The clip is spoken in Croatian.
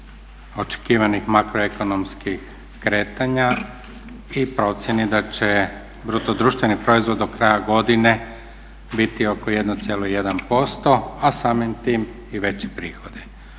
očekivanih makro ekonomskih kretanja i procjeni da će bruto društveni proizvod do kraja godine biti oko 1,1% a samim tim i veći prihodi.